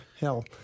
hell